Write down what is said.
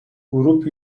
grup